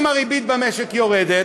אם הריבית במשק יורדת,